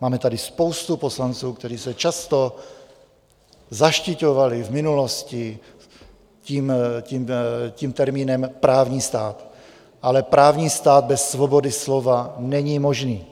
Máme tady spoustu poslanců, kteří se často zaštiťovali v minulosti termínem právní stát, ale právní stát bez svobody slova není možný.